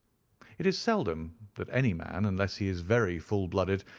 it is seldom that any man, unless he is very full-blooded,